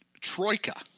troika